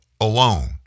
alone